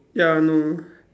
ya no